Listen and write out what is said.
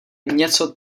něco